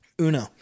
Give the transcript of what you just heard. Uno